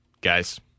Guys